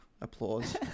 applause